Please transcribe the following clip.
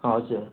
हजुर